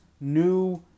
new